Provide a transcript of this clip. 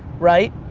right?